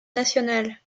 nationale